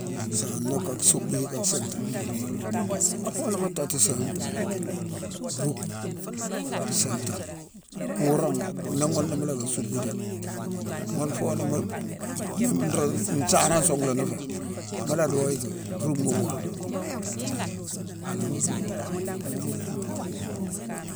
Isaana ka suckbu yi ka siintane: a fo ni mu tottu sagne, ruck siintane. Kuurangh, ni ghuna mu locka suckbu dhéck, ghune fooni mu-n-ni nruu nsaanone sunghna nu fé. Mu la doo yicki ruck mi waawe. Hii, a la ruck mo waawe, mo mu ruck ni mu kur